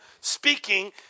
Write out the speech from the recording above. speaking